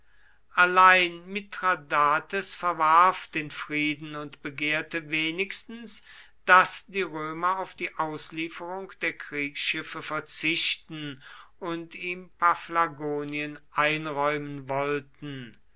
allein mithradates verwarf den frieden und begehrte wenigstens daß die römer auf die auslieferung der kriegsschiffe verzichten und ihm paphlagonien einräumen wollten